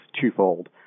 twofold